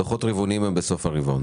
הדוחות הרבעוניים הם בסוף הרבעון.